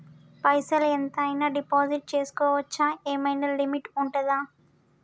పైసల్ ఎంత అయినా డిపాజిట్ చేస్కోవచ్చా? ఏమైనా లిమిట్ ఉంటదా?